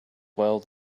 well